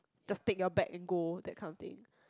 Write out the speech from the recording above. just take your bag and go that kind of thing